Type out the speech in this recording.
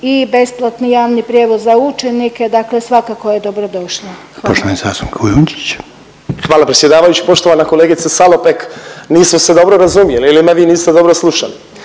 i besplatni javni prijevoz za učenike dakle svakako je dobrodošla.